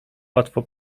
łatwo